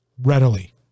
readily